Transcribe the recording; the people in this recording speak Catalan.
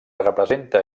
representa